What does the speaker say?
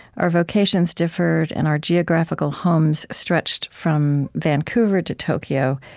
our vocations differed, and our geographical homes stretched from vancouver to tokyo,